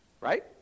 Right